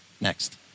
Next